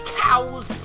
cows